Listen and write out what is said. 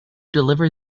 deliver